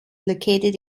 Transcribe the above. located